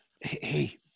hey